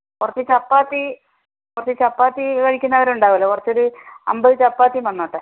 കുറച്ച് ചപ്പാത്തി കുറച്ച് ചപ്പാത്തി കഴിക്കുന്നവര് ഉണ്ടാകുമല്ലോ കുറച്ചൊര് അമ്പത് ചപ്പാത്തിയും വന്നോട്ടെ